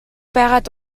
байгаад